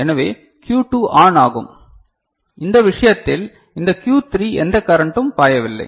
எனவே Q2 ஆன் ஆகும் இந்த விஷயத்தில் இந்த Q3 எந்த கரண்டும் பாயவில்லை